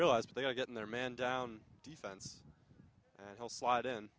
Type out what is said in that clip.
realize they are getting their man down defense and he'll slide in